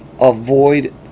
avoid